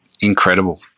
incredible